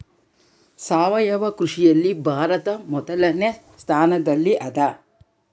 ಸಾವಯವ ಕೃಷಿಯಲ್ಲಿ ಭಾರತ ಮೊದಲನೇ ಸ್ಥಾನದಲ್ಲಿ ಅದ